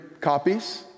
copies